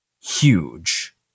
huge